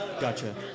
Gotcha